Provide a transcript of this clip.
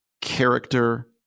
Character